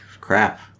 Crap